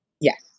yes